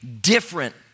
different